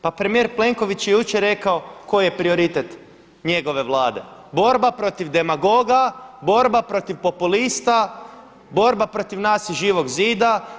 Pa premijer Plenković je jučer rekao koji je prioritet njegove Vlade – borba protiv demagoga, borba protiv populista, borba protiv nas iz Živog zida.